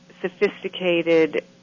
sophisticated